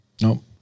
No